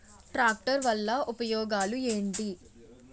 Tractor వల్ల ఉపయోగాలు ఏంటీ?